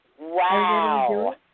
Wow